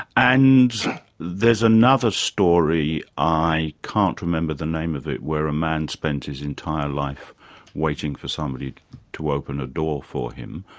and there's another story i can't remember the name of it where a man spends his entire life waiting for somebody to open the ah door for him.